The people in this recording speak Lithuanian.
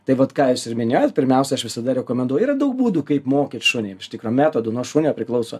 tai vat ką jūs ir minėjot pirmiausia aš visada rekomenduoju yra daug būdų kaip mokyt šunį iš tikro metodų nuo šunio priklauso